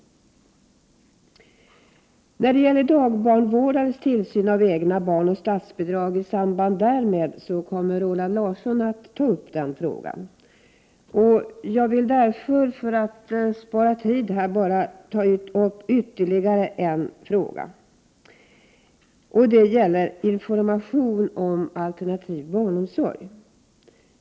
Roland Larsson kommer att ta upp frågan om dagbarnvårdares tillsyn av egna barn och statsbidrag i samband därmed. Jag vill därför, för att spara tid, bara ta upp ytterligare en fråga. Det gäller information om alternativ barnomsorg.